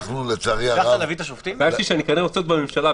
חשבתי שאני --- קצת בממשלה.